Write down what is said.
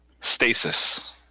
stasis